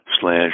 slash